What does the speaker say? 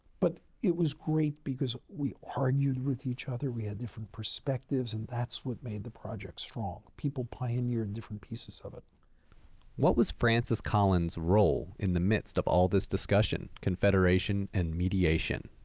but it was great because we argued with each other, we had different perspectives, and that's what made the project strong. people pioneered different pieces of it. narrator what was francis collins' role in the midst of all this discussion, confederation, and mediation?